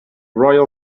royal